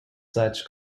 such